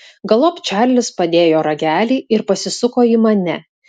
galop čarlis padėjo ragelį ir pasisuko į mane